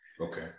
Okay